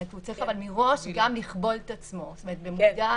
הוא צריך מראש גם לכבול את עצמו במודע.